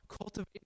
Cultivate